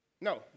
No